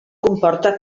comporta